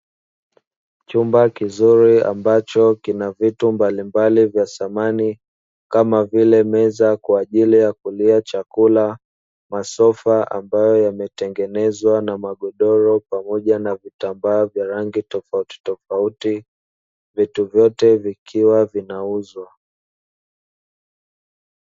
Chumba kizuri ambacho kina vitu mbalimbali vya samani kama vile meza kwa ajili ya kulia chakula, masofa ambayo yametengenezwa na magodoro pamoja na vitambaa vya rangi tofautitofauti, vitu vyote vikiwa vinauzwa.